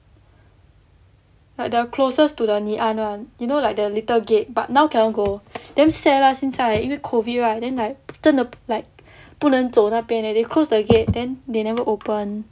like the closest to the ngee ann [one] you know like the little gate but now cannot go damn sad lah 现在因为 COVID right then like 真的 like 不能走那边 they close the gate then they never open